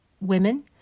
women